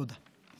תודה.